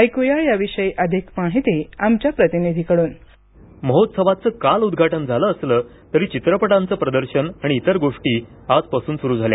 ऐकुया या विषयी अधिक माहिती आमच्या प्रतिनिधीकडून महोत्सवाचं काल उद्घाटन झालं असलं तरी चित्रपटांचं प्रदर्शन आणि इतर गोष्टी आजपासून सुरू झाल्या